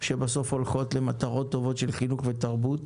שבסוף הולכות למטרות טובות של חינוך ותרבות,